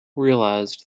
realised